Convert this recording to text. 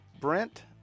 Brent